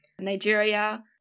Nigeria